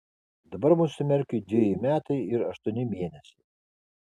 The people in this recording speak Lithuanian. dabar mūsų merkiui dveji metai ir aštuoni mėnesiai